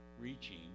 reaching